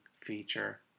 feature